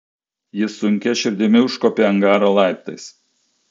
jis sunkia širdimi užkopė angaro laiptais